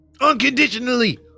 unconditionally